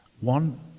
One